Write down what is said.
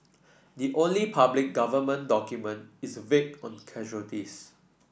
the only public government document is vague on casualties